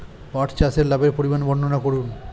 পাঠ চাষের লাভের পরিমান বর্ননা করুন?